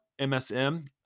MSM